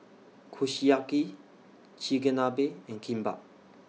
Kushiyaki Chigenabe and Kimbap